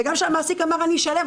וגם כשהמעסיק אמר: אני אשלם,